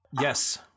Yes